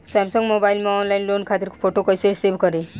Samsung mobile में online loan खातिर photo कैसे सेभ करीं?